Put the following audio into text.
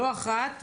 לא אחת,